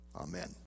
Amen